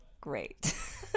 great